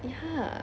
ya